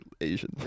Asian